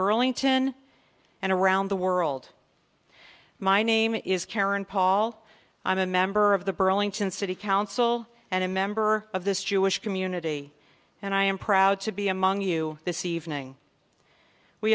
burlington and around the world my name is karen paul i'm a member of the burlington city council and a member of this jewish community and i am proud to be among you this evening we